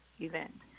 event